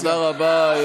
תודה רבה.